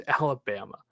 Alabama